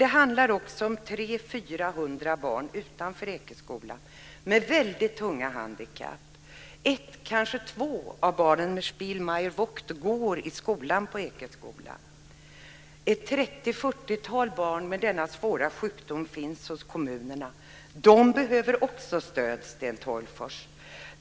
Den handlar också om 300-400 barn med väldigt tunga handikapp som finns utanför Ekeskolan. Ett, kanske två, av barnen med Spielmeyer-Vogts sjukdom går på Ekeskolan, och 30-40 barn med denna svåra sjukdom finns hos kommunerna. De behöver också stöd, Sten Tolgfors.